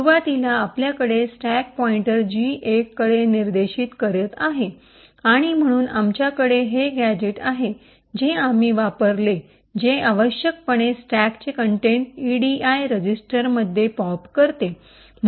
सुरुवातीला आपल्याकडे stack pointer G १ कडे निर्देशित करीत आहे आणि म्हणून आमच्याकडे हे गॅझेट आहे जे आम्ही वापरले जे आवश्यकपणे स्टॅकचे कंटेंट इडीआय रजिस्टरमध्ये पॉप करते